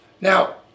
Now